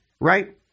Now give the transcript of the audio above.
right